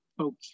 okay